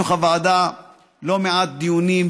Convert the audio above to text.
בתוך הוועדה לא מעט דיונים,